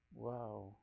Wow